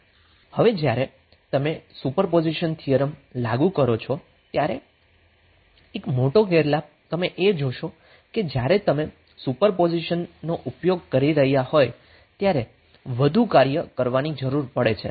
હવે જ્યારે તમે સુપરપોઝિશન થિયરમ લાગુ કરો છો ત્યારે એક મોટો ગેરલાભ તમે એ જોશો કે જ્યારે તમે સુપરપોઝિશનનો ઉપયોગ કરી રહ્યા હોય ત્યારે વધુ કાર્ય કરવાની જરૂર પડે છે